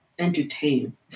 entertain